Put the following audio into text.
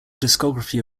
discography